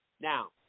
Now